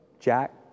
Jack